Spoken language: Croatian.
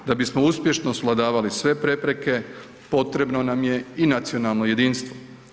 Da bismo uspješno svladavali sve prepreke, potrebno nam je i nacionalno jedinstvo.